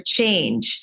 change